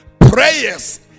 Prayers